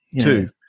Two